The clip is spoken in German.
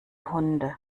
hunde